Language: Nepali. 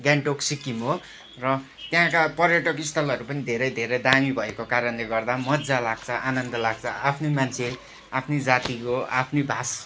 गान्तोक सिक्किम हो र त्यहाँका पर्यटकस्थलहरू पनि धेरै धेरै दामी भएको कारणले गर्दा मजा लाग्छ आनन्द लाग्छ आफ्नै मान्छे आफ्नै जातिको आफ्नै भाषा